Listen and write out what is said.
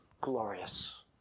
glorious